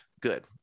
good